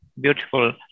beautiful